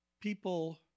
people